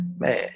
Man